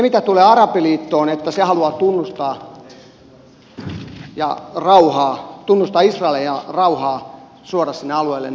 mitä tulee arabiliittoon että se haluaa tunnustaa israelin ja rauhaa suoda sille alueelle niin sitä saanen epäillä